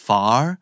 Far